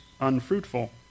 unfruitful